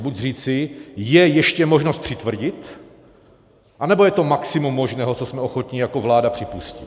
Buď říci, je ještě možnost přitvrdit, anebo je to maximum možného, co jsme ochotni jako vláda připustit.